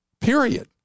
Period